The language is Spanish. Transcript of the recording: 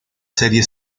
serie